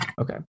Okay